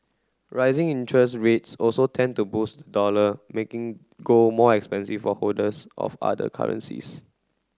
rising interest rates also tend to boost the dollar making gold more expensive for holders of other currencies